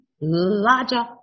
larger